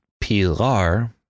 Pilar